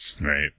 Right